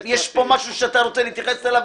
יש פה משהו שאתה רוצה להתייחס אליו?